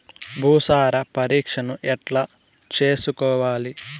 భూసార పరీక్షను ఎట్లా చేసుకోవాలి?